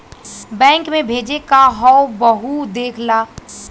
bank मे भेजे क हौ वहु देख ला